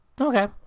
Okay